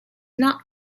not